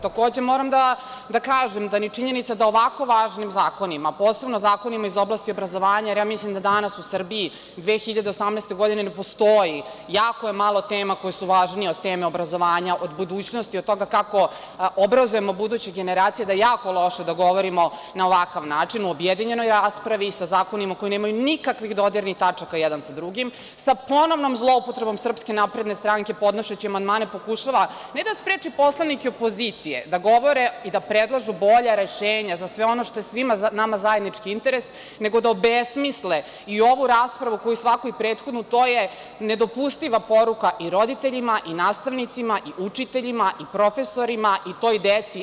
Takođe, moram da kažem da činjenica da o ovako važnim zakonima, posebno zakonima iz oblasti obrazovanja, jer mislim da danas u Srbiji 2018. godine ne postoji, jako je malo tema koje su važnije od teme obrazovanja, od budućnosti, od toga kako obrazujemo buduće generacije da je jako loše da govorimo na ovakav način u objedinjenoj raspravi, sa zakonima koji nemaju nikakvih dodirnih tačaka jedan sa drugim, sa ponovnom zloupotrebom SNS, podnoseći amandmane, pokušava, ne da spreči poslanike opozicije, da govore i da predlažu bolja rešenja, za sve ono što je svima nama zajednički interes nego da obesmisle i ovu raspravu, kao i svaku prethodnu, to je nedopustiva poruka i roditeljima i nastavnicima i učiteljima i profesorima i toj deci.